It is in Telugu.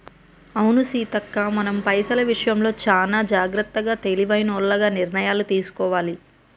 అవును సీతక్క మనం పైసల విషయంలో చానా జాగ్రత్తగా తెలివైనోల్లగ నిర్ణయాలు తీసుకోవాలి